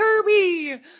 Kirby